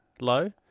low